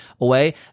away